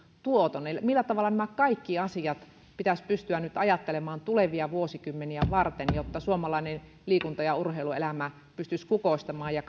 tuoton millä tavalla nämä kaikki asiat pitäisi pystyä nyt ajattelemaan tulevia vuosikymmeniä varten jotta suomalainen liikunta ja urheiluelämä pystyisi kukoistamaan ja